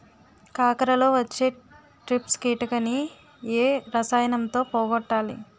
కాకరలో వచ్చే ట్రిప్స్ కిటకని ఏ రసాయనంతో పోగొట్టాలి?